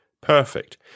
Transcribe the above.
perfect